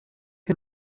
him